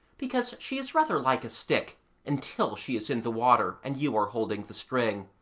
because she is rather like a stick until she is in the water and you are holding the string.